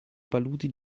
paludi